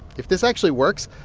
if this actually works,